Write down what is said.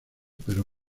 pero